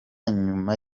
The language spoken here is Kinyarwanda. nyuma